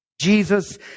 Jesus